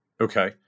Okay